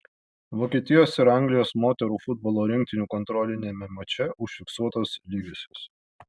vokietijos ir anglijos moterų futbolo rinktinių kontroliniame mače užfiksuotos lygiosios